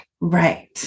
Right